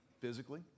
physically